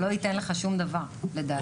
לא ייתן לך שום דבר לדעתי.